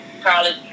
college